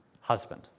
husband